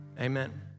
amen